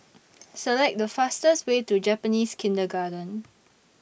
Select The fastest Way to Japanese Kindergarten